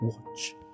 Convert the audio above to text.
watch